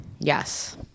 yes